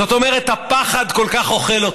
זאת אומרת הפחד כל כך אוכל אתכם,